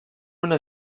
una